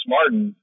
Martin